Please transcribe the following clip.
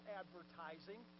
advertising